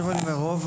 רוב,